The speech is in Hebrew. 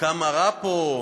כמה רע פה.